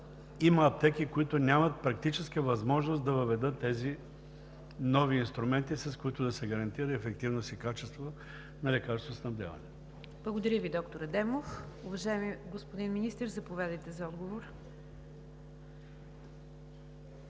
има аптеки, които нямат практическа възможност да въведат тези нови инструменти, с които да се гарантира ефективност и качество на лекарствоснабдяването. ПРЕДСЕДАТЕЛ НИГЯР ДЖАФЕР: Благодаря Ви, доктор Адемов. Уважаеми господин Министър, заповядайте за отговор.